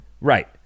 Right